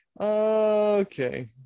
Okay